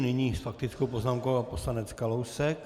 Nyní s faktickou poznámkou pan poslanec Kalousek.